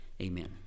Amen